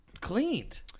cleaned